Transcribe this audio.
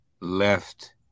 left